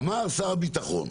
אמר שר הביטחון,